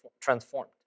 transformed